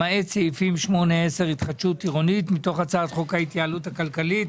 למעט סעיפים 10-8 (התחדשות עירונית) מתוך הצעת חוק ההתייעלות הכלכלית.